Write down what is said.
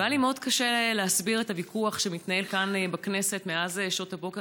והיה לי מאוד קשה להסביר את הוויכוח שמתנהל כאן בכנסת מאז שעות הבוקר,